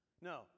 No